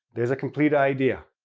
there's a complete idea.